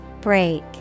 Break